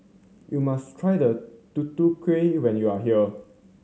you must try Tutu Kueh when you are here